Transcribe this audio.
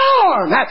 storm